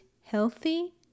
healthy